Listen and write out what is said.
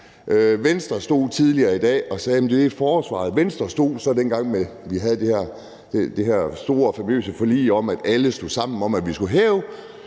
ordfører stod tidligere i dag og sagde, at det gælder forsvaret. Men dengang vi havde det her store, famøse forlig, hvor alle stod sammen om, at vi skulle hæve